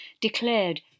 declared